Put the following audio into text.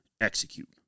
execute